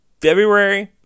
February